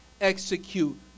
execute